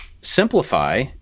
Simplify